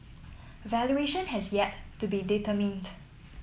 a valuation has yet to be determined